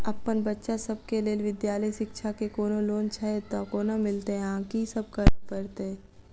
अप्पन बच्चा सब केँ लैल विधालय शिक्षा केँ कोनों लोन छैय तऽ कोना मिलतय आ की सब करै पड़तय